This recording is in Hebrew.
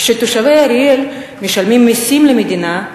כשתושבי אריאל משלמים מסים למדינה,